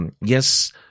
yes